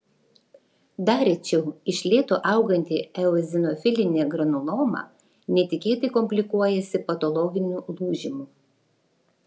dar rečiau iš lėto auganti eozinofilinė granuloma netikėtai komplikuojasi patologiniu lūžimu